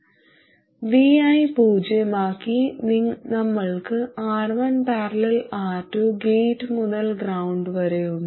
vi പൂജ്യമാക്കി നമ്മൾക്ക് R1 || R2 gate മുതൽ ഗ്രൌണ്ട് വരെ ഉണ്ട്